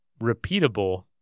repeatable